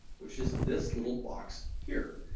which is this little box here.